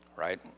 right